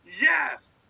Yes